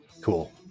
Cool